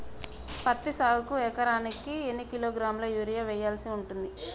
పత్తి సాగుకు ఒక ఎకరానికి ఎన్ని కిలోగ్రాముల యూరియా వెయ్యాల్సి ఉంటది?